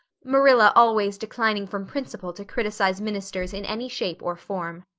marilla always declining from principle to criticize ministers in any shape or form.